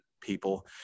people